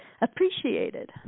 appreciated